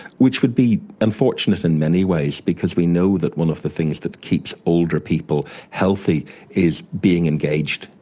which would be unfortunate in many ways because we know that one of the things that keeps older people healthy is being engaged,